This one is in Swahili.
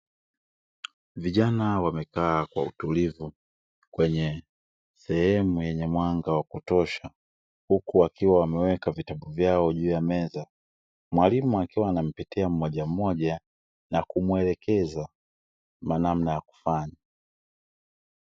Vijana wamekaa kwa utulivu kwenye sehemu yenye mwanga wa kutosha huku wakiwa wameweka vitabu vyao juu ya meza. Mwalimu anampitia mmoja mmoja na kumuelekeza namna ya kufanya.